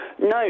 No